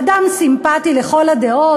אדם סימפתי לכל הדעות,